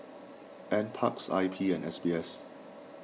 N Parks I P and S B S